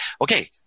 okay